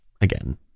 again